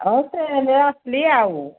ହଁ ଟ୍ରେନ୍ରେ ଆସିଲି ଆଉ